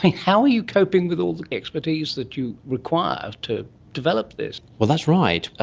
how are you coping with all the expertise that you require to develop this? well, that's right, ah